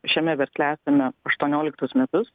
šiame versle esame aštuonioliktus metus